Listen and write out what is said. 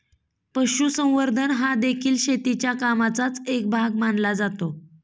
पशुसंवर्धन हादेखील शेतीच्या कामाचाच एक भाग मानला जातो